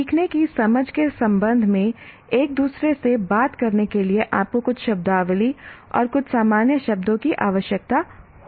सीखने की समझ के संबंध में एक दूसरे से बात करने के लिए आपको कुछ शब्दावली और कुछ सामान्य शब्दों की आवश्यकता होती है